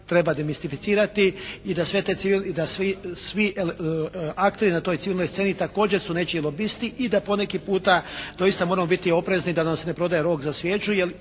treba demistificirati i da sve te, i da svi akteri na toj civilnoj sceni također su nečiji lobisti i da po neki puta doista moramo biti oprezni da nam se ne prodaje rog za svijeću.